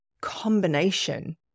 combination